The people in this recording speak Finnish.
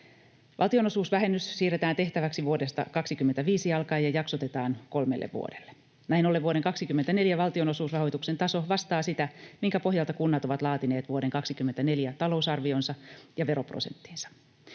Valtionosuusvähennys siirretään tehtäväksi vuodesta 25 alkaen ja jaksotetaan kolmelle vuodelle. Näin ollen vuoden 24 valtionosuusrahoituksen taso vastaa sitä, minkä pohjalta kunnat ovat laatineet vuoden 24 talousarvionsa ja veroprosenttinsa.